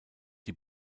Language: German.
die